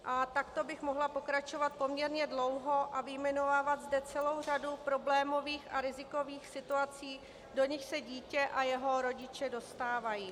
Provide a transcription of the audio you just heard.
A takto bych mohla pokračovat poměrně dlouho a vyjmenovávat zde celou řadu problémových a rizikových situací, do nichž se dítě a jeho rodiče dostávají.